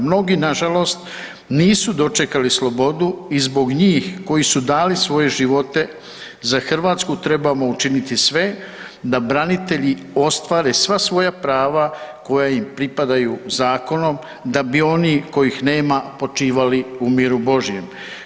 Mnogi nažalost nisu dočekali slobodu i zbog njih koji su dali svoje živote za Hrvatsku, trebamo učiniti sve da branitelji ostvare sva svoja prava koja im pripadaju zakonom da bi oni kojih nema, počivali u miru Božjem.